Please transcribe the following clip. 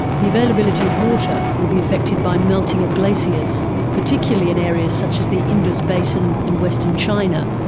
the availability of water will be affected by melting of glaciers particularly in areas such as the indus basin and western china,